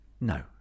No